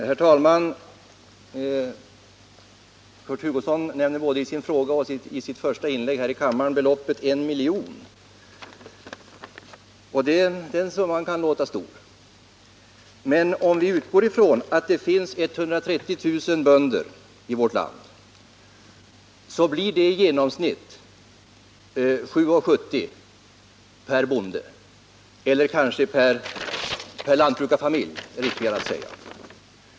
Herr talman! Kurt Hugosson nämner både i sin fråga och i sitt första inlägg här i kammaren beloppet 1 miljon, och den summan kan verka stor. Men om vi utgår från att det finns 130 000 bönder i vårt land, så blir det i genomsnitt 7:70 per bonde, eller det kanske är riktigare att säga per lantbrukarfamilj.